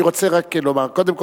אני רוצה רק לומר: קודם כול,